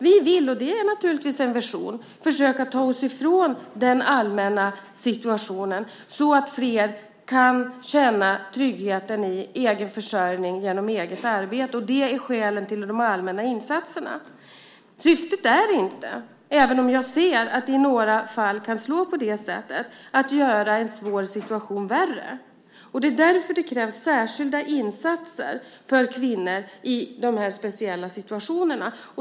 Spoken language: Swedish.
Vi vill - och det är naturligtvis en vision - försöka ta oss ifrån den allmänna situationen så att fler kan känna tryggheten i egen försörjning genom eget arbete. Det är skälen till de allmänna insatserna. Syftet är inte, även om jag ser att det kan slå på det sättet i några fall, att göra en svår situation värre. Det är därför det krävs särskilda insatser för kvinnor i de här speciella situationerna.